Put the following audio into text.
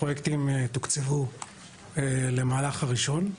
הפרויקטים תוקצבו למהלך הראשון.